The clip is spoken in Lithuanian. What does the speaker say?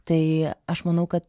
tai aš manau kad